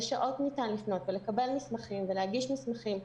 שעות ניתן לפנות ולקבל מסמכים ולהגיש מסמכים.